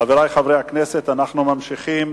חברי חברי הכנסת, אנחנו ממשיכים